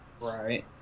right